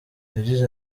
yagize